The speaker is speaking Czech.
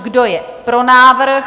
Kdo je pro návrh?